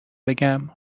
بگم